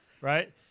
right